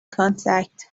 contact